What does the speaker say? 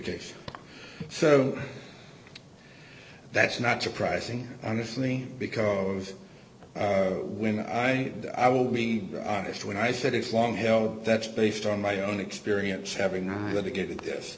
case so that's not surprising honestly because when i i will be honest when i said it's long held that's based on my own experience having i'm going to get i